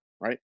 Right